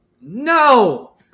no